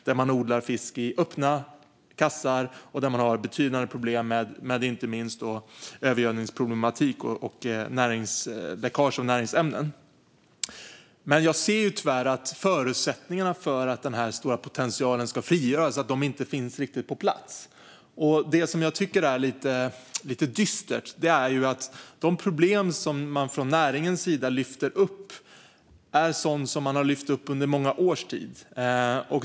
Där odlar man fisk i öppna kassar och har betydande problem med inte minst övergödning och läckage av näringsämnen. Jag ser tyvärr att förutsättningarna för att denna stora potential ska frigöras inte riktigt finns på plats. Jag tycker att det är lite dystert att de problem som man från näringens sida lyfter upp är sådant som lyfts upp under många års tid.